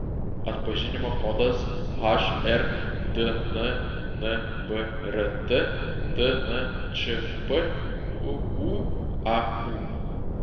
atpažinimo kodas hrdn nvrt tnčp uūaū